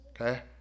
Okay